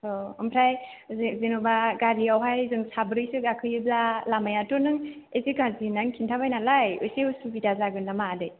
औ ओमफ्राय जे जेन'बा गारियावहाय जों साब्रैसो गाखोयोब्ला लामायाथ' नों इसे गाज्रि होननानै खिन्थाबाय नालाय इसे उसुबिदा जागोन नामा आदै